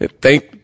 thank